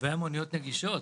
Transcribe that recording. לגבי המוניות הנגישות,